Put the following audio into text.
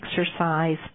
exercise